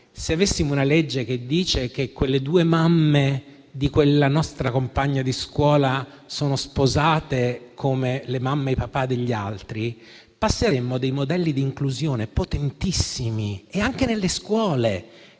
qui sono italiani o che le due mamme di quella nostra compagna di scuola sono sposate come le mamme e i papà degli altri, passeremmo dei modelli di inclusione potentissimi e nelle scuole